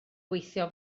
gweithio